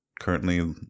currently